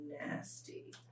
nasty